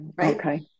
Okay